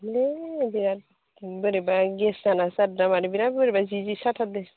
ऐ बिराद बोरैबा गेस जानासो जादोंना मादों बिराद बोरैबा जि जि साथारदों